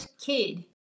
kid